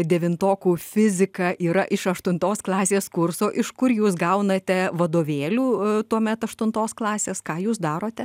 devintokų fizika yra iš aštuntos klasės kurso iš kur jūs gaunate vadovėlių tuomet aštuntos klasės ką jūs darote